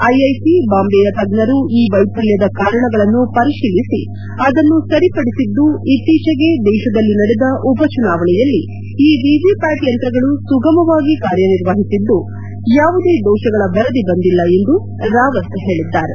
IIT ಬಾಂಬೆಯ ತಜ್ಜರು ಈ ವೈಫಲ್ಲದ ಕಾರಣಗಳನ್ನು ಪರಿಪೀಲಿಸಿ ಅದನ್ನು ಸರಿಪಡಿಸಿದ್ದು ಇತ್ತೀಚೆಗೆ ದೇಶದಲ್ಲಿ ನಡೆದ ಉಪಚುನಾವಣೆಯಲ್ಲಿ ಈ ವಿವಿಪ್ಕಾಟ್ ಯಂತ್ರಗಳು ಸುಗಮವಾಗಿ ಕಾರ್ಯನಿರ್ವಹಿಸಿದ್ದು ಯಾವುದೋ ದೋಷಗಳ ವರದಿ ಬಂದಿಲ್ಲ ಎಂದು ರಾವತ್ ಹೇಳಿದ್ದಾರೆ